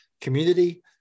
community